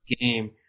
game